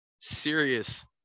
serious